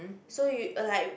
so you uh like